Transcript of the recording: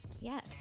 Yes